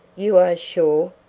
you are sure?